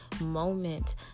moment